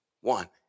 One